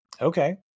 Okay